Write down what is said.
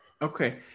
Okay